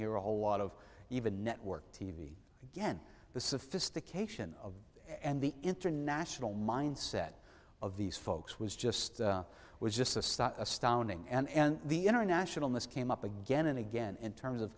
hear a whole lot of even network t v again the sophistication of and the international mindset of these folks was just was just a start astounding and the international news came up again and again in terms of